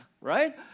right